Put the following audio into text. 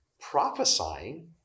prophesying